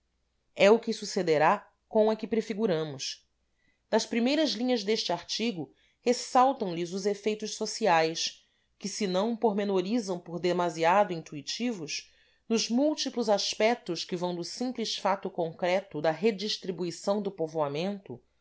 é o que sucederá com a que prefiguramos das primeiras linhas deste artigo ressaltam lhes os efeitos sociais que senão pormenorizam por demasiado intuitivos nos múltiplos aspetos que vão do simples fato concreto da redistribuição do povoamento